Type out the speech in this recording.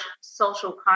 social